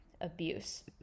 abuse